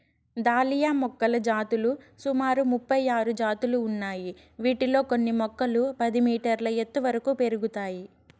dahlia మొక్కల జాతులు సుమారు ముపై ఆరు జాతులు ఉన్నాయి, వీటిలో కొన్ని మొక్కలు పది మీటర్ల ఎత్తు వరకు పెరుగుతాయి